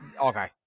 Okay